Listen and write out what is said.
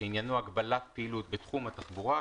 שעניינו הגבלת פעילות התחבורה,